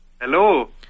Hello